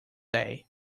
day